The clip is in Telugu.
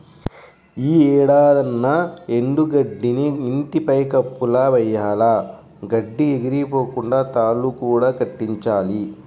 యీ ఏడాదన్నా ఎండు గడ్డిని ఇంటి పైన కప్పులా వెయ్యాల, గడ్డి ఎగిరిపోకుండా తాళ్ళు కూడా కట్టించాలి